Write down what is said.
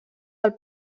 del